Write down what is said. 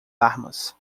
armas